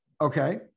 okay